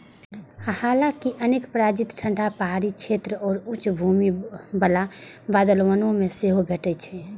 हालांकि अनेक प्रजाति ठंढा पहाड़ी क्षेत्र आ उच्च भूमि बला बादल वन मे सेहो भेटै छै